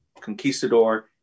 Conquistador